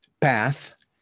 path